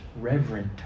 reverent